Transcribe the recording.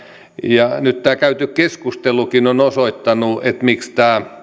ja nyt käyty keskustelukin on osoittanut miksi tämä